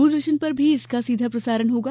दूरदर्शन पर भी इसका सीधा प्रसारण होगा